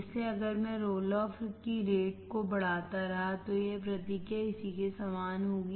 इसलिए अगर मैं रोल ऑफ की रेट को बढ़ाता रहा तो यह प्रतिक्रिया इसी के समान होगी